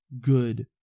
good